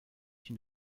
une